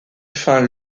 fin